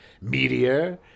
Meteor